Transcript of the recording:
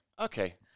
okay